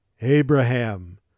Abraham